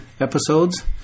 episodes